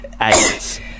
eight